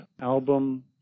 album